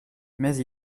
mais